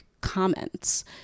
comments